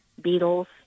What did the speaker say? beetles